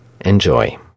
Enjoy